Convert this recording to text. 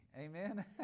Amen